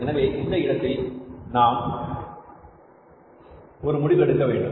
எனவே இந்த இடத்தில் நாம் ஒரு முடிவு எடுக்க வேண்டும்